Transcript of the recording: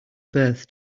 birth